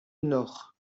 nord